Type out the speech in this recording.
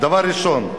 דבר ראשון.